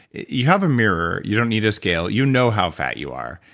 you have a mirror, you don't need a scale. you know how fat you are.